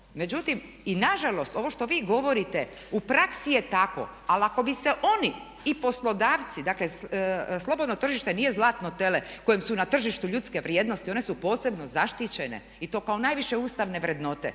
međutim i nažalost ovo što vi govorite u praksi je tako, ali ako bi se oni i poslodavci, dakle slobodno tržište nije zlatno tele kojem su na tržištu ljudske vrijednosti, one su posebno zaštićene i to kao najviše ustavne vrednote.